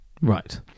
Right